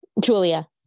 Julia